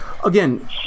Again